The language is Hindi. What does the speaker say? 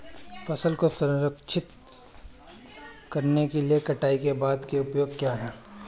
फसल को संरक्षित करने के लिए कटाई के बाद के उपाय क्या हैं?